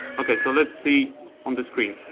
okay so let's see on the screen,